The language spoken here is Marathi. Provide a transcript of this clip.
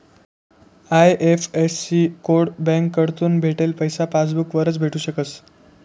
आय.एफ.एस.सी कोड बँककडथून भेटेल पैसा पासबूक वरच भेटू शकस